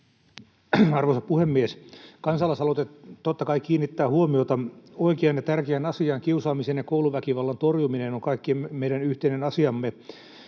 Arvoisa puhemies! Kansalaisaloite totta kai kiinnittää huomiota oikeaan ja tärkeään asiaan. Kiusaamisen ja kouluväkivallan torjuminen on kaikkien meidän yhteinen asia.